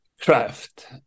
craft